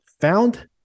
found